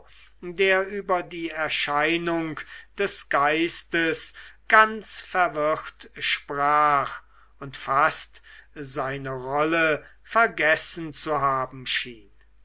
der über die erscheinung des geistes ganz verwirrt sprach und fast seine rolle vergessen zu haben schien